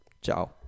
Ciao